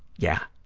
yeah,